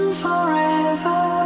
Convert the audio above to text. forever